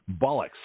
bollocks